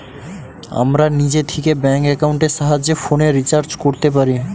আমরা নিজে থিকে ব্যাঙ্ক একাউন্টের সাহায্যে ফোনের রিচার্জ কোরতে পারি